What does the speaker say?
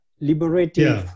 liberating